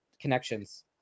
connections